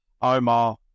Omar